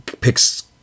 picks